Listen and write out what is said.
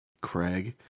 Craig